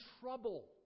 trouble